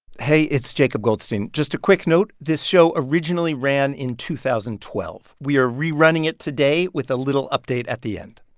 hey, it's jacob goldstein. just a quick note this show originally ran in two thousand and twelve. we are rerunning it today with a little update at the end.